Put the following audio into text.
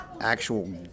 actual